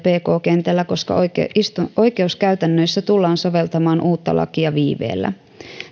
pk kentällä koska oikeuskäytännöissä tullaan soveltamaan uutta lakia viiveellä